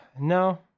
no